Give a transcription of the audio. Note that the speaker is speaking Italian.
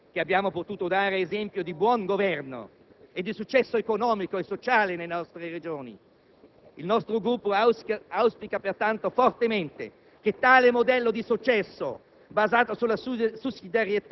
Ringraziamo particolarmente il presidente Romano Prodi per la sua attenzione alle minoranze linguistiche e alle autonomie speciali: queste rappresentano non solo una ricchezza culturale e linguistica, ma